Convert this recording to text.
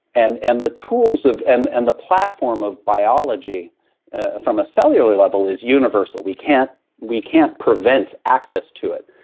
and and the tools and and the platform of biology ah from a cellular level is universal, we can't we can't prevent access to it.